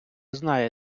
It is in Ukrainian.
знає